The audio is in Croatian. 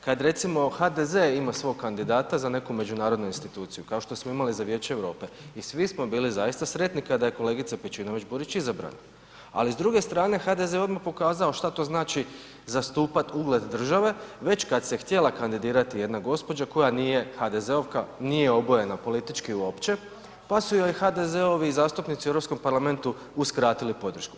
Kad recimo HDZ ima svog kandidata za neku međunarodnu instituciju, kao što imali za Vijeće Europe i svi smo bili zaista sretni kada je kolegica Pejčinović Burić izabrana, ali s druge strane HDZ je odmah pokazao šta to znači zastupat ugled države, već kad se htjela kandidirati jedna gospođa koja nije HDZ-ovka, nije obojena politički uopće, pa su joj HDZ-ovi zastupnici u Europskom parlamentu uskratili podršku.